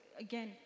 again